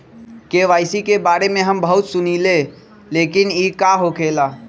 KYC के बारे में हम बहुत सुनीले लेकिन इ का होखेला?